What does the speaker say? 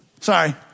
Sorry